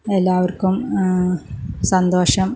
എല്ലാവർക്കും സന്തോഷം